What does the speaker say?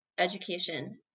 education